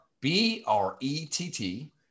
B-R-E-T-T